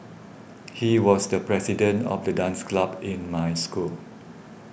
he was the president of the dance club in my school